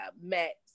met